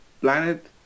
planet